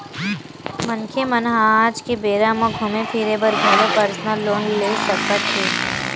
मनखे मन ह आज के बेरा म घूमे फिरे बर घलो परसनल लोन ले सकत हे